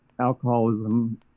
alcoholism